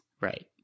Right